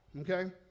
okay